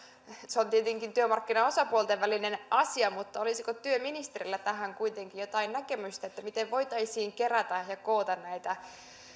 se on tietenkin työmarkkinaosapuolten välinen asia mutta olisiko työministerillä tähän kuitenkin jotain näkemystä miten voitaisiin kerätä ja koota näitä